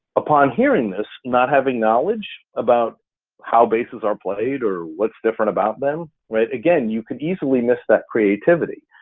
upon hearing this, not having knowledge about how basses are played, or what's different about them, again, you could easily miss that creativity.